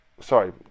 Sorry